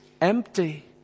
empty